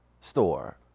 store